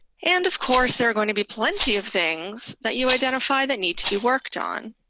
and of course, there are going to be plenty of things that you identify that need to be worked on.